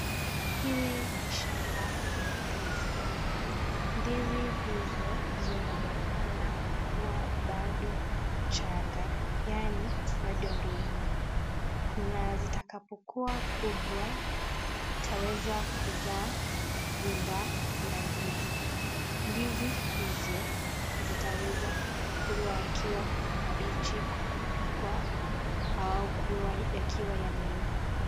Hii ni shamba ya ndizi. Ndizi hizo zinaonekana kuwa bado janga yaani bado ndogo na zitakapokuwa kubwa. Yataweza kuzaa bunda la ndizi. Ndizi hizo zitaweza kua yakiwa mabichi yakipikwa au kulwa yakiwa yameiva.